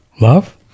love